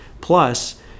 Plus